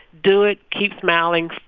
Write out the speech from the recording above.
do it. keep smiling.